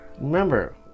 Remember